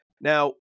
Now